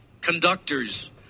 Conductors